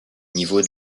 niveau